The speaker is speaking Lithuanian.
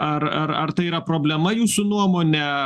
ar ar ar tai yra problema jūsų nuomone